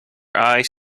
eyes